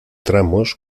tramos